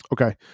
Okay